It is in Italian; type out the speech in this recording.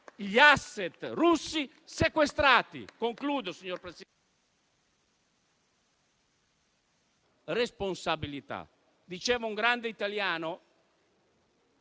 gli *asset* russi sequestrati. Concludo, signor Presidente: sulla responsabilità, diceva un grande italiano